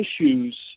issues